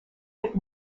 hit